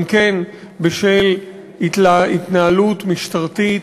גם כן בשל התנהלות משטרתית,